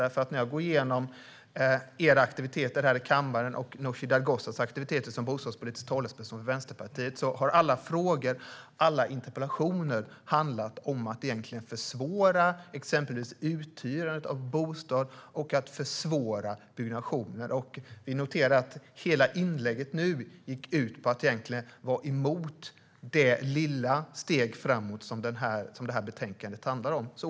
Jag har gått igenom era aktiviteter här i kammaren och Nooshi Dadgostars aktiviteter som bostadspolitisk talesperson för Vänsterpartiet, och alla frågor och interpellationer har handlat om att egentligen försvåra exempelvis uthyrandet av bostad och att försvåra byggnationer. Och jag noterar att hela inlägget nu egentligen gick ut på att vara emot det lilla steg framåt som det här betänkandet handlar om.